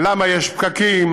למה יש פקקים?